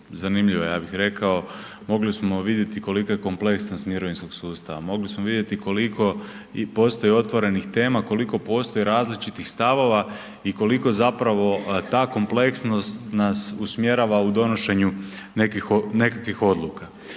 zanimljiva, ja bih rekao, mogli smo vidjeti kolika je kompleksnost mirovinskog sustava, mogli smo vidjeti koliko postoji otvorenih tema, koliko postoji različitih stavova i koliko zapravo ta kompleksnost nas usmjerava u donošenju nekakvih odluka.